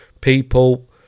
people